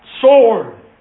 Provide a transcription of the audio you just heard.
sword